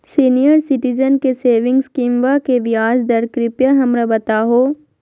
senior citizen के saving स्कीमवा के ब्याज दर कृपया हमरा बताहो